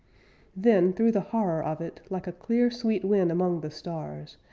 then through the horror of it, like a clear sweet wind among the stars,